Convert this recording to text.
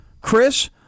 Chris